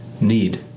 need